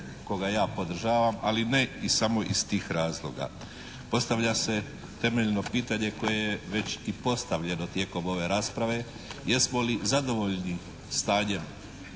kojega ja podržavam, ali ne i samo iz tih razloga. Postavlja se temeljno pitanje koje je već i postavljeno tijekom ove rasprave jesmo li zadovoljni stanjem